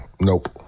Nope